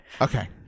Okay